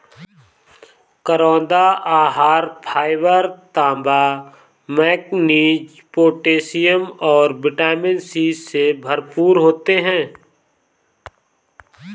करौंदा आहार फाइबर, तांबा, मैंगनीज, पोटेशियम और विटामिन सी से भरपूर होते हैं